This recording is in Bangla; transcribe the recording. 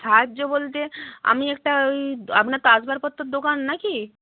সাহায্য বলতে আমি একটা ওই আপনার তো আসবাবপত্রর দোকান না কি